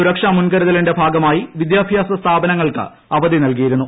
സുരക്ഷാ മുൻ കരുതലിന്റെ ഭാഗമായി വിദ്യാഭ്യാസ സ്ഥാപനങ്ങൾക്ക് അവധി നൽകിയിരുന്നു